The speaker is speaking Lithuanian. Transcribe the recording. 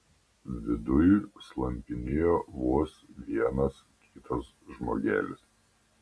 viduj slampinėjo vos vienas kitas žmogelis